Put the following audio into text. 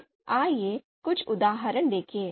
तो आइए कुछ उदाहरण देखें